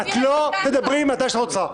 את לא תדברי מתי שאת רוצה.